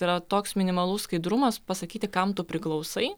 tai yra toks minimalus skaidrumas pasakyti kam tu priklausai